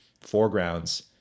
foregrounds